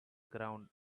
ground